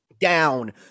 down